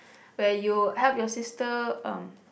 where you help your sister um